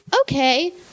okay